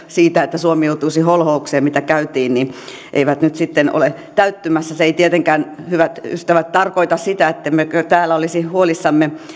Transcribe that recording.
siitä että suomi joutuisi holhoukseen eivät nyt sitten ole täyttymässä se ei tietenkään hyvät ystävät tarkoita sitä ettemmekö täällä olisi huolissamme